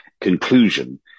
conclusion